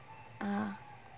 (uh huh)